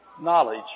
knowledge